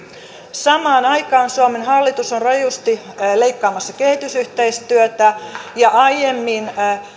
samaan aikaan suomen hallitus on rajusti leikkaamassa kehitysyhteistyötä ja aiemmin